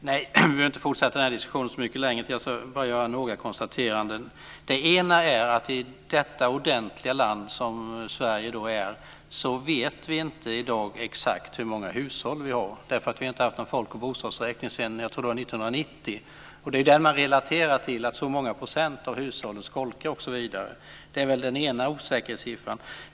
Fru talman! Vi behöver inte fortsätta den här diskussionen så mycket längre. Jag ska bara göra några konstateranden. Det ena är att vi i det ordentliga land som Sverige är inte vet exakt i dag hur många hushåll vi har eftersom vi inte har haft någon folk och bostadsräkning sedan 1990, tror jag att det var. Det är ju den man relaterar till när man säger att si och så många procent av hushållen skolkar osv. Det är den ena osäkerhetssiffran.